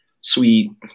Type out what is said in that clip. sweet